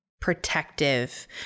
protective